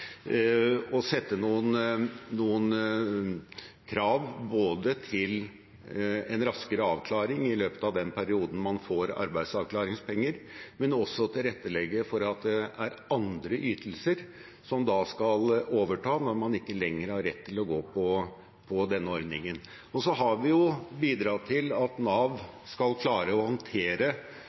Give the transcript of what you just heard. og å sette noen krav til en raskere avklaring i løpet av den perioden man får arbeidsavklaringspenger, men også tilrettelegge for at det er andre ytelser som da skal overta når man ikke lenger har rett til å gå på denne ordningen. Vi har også bidratt til at Nav skal klare å håndtere